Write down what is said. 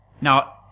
now